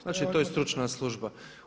Znači to je stručna služba.